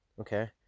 okay